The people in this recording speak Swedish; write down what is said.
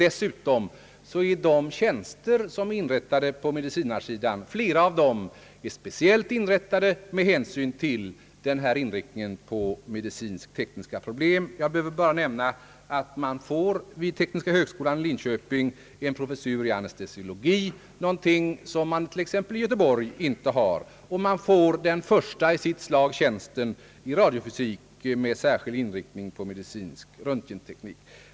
Dessutom är flera av tjänsterna på medicinarsidan speciellt inrättade med hänsyn till inriktningen på de medicinsk-tekniska problemen. Jag behöver bara nämna, att man vid medicinska högskolan i Linköping får en professur i anestesiologi, vilket man inte har t.ex. i Göteborg. Man får också den första tjänsten i sitt slag i radiofysik med särskild inriktning på medicinsk röntgenteknik.